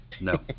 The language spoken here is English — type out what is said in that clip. No